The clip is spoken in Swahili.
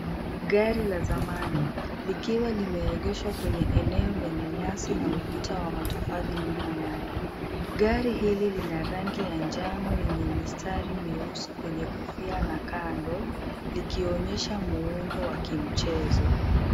Gari la zamami likiwa lime egeshwa kwenye eneo lenye nyasi na ukuta wa matofali nyuma yake. Gari hili lina rangi ya njano yenye mistari meusi kwenye kofia na kando, liki onyesha muundo wa kimchezo.